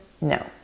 no